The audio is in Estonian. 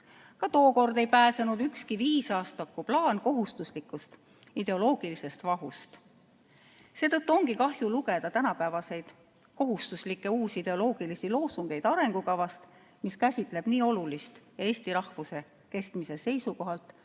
Ka tookord ei pääsenud ükski viisaastakuplaan kohustuslikust ideoloogilisest vahust. Seetõttu ongi kahju lugeda tänapäevaseid kohustuslikke uusideoloogilisi loosungeid arengukavast, mis käsitleb nii olulist ja eesti rahvuse kestmise seisukohalt